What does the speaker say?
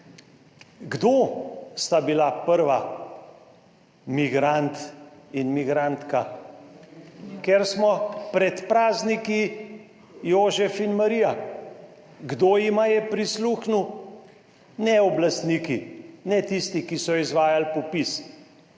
Kdo sta bila prva migrant in migrantka? Ker smo pred prazniki. Jožef in Marija. Kdo jima je prisluhnil? Ne oblastniki, ne tisti, ki so izvajali popis,